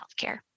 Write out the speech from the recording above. healthcare